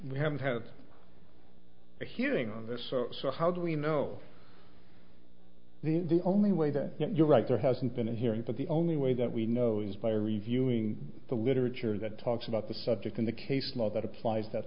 we haven't had a hearing on this so how do we know the only way that you're right there hasn't been a hearing but the only way that we know is by reviewing the literature that talks about the subject in the case law that applies that